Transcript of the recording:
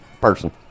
person